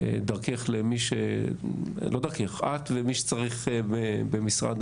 את ומי שצריך במשרד